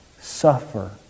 suffer